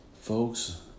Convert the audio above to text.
folks